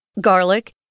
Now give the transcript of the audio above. garlic